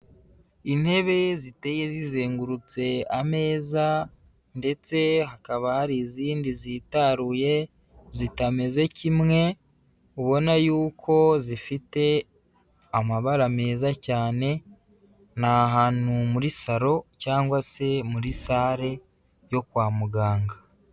Intebe ziteye zizengurutse ameza ndetse hakaba hari izindi zitaruye zitameze kimwe, ubona yuko zifite amabara meza cyane, ni ahantu muri salo cyangwa se muri sare yo kwa muganga.